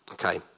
Okay